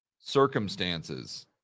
circumstances